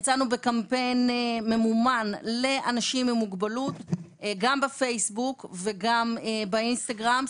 יצאנו בקמפיין ממומן לאנשים עם מוגבלות גם בפייסבוק וגם באינסטגרם,